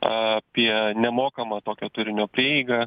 apie nemokamą tokio turinio prieigą